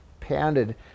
pounded